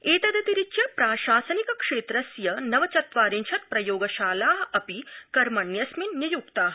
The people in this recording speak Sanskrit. एतदतिरिच्य प्राशानिक क्षेत्रस्य नव चत्वारिंशत् प्रयोगशाला अपि कर्मण्यस्मिन् निय्क्ता